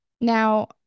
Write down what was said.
Now